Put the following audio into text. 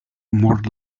more